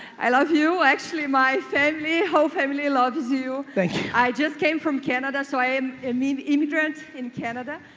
i love you. actually, my family, whole family loves you. thank you. i just came from canada. so i am an i mean immigrant in canada.